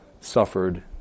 suffered